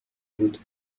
بود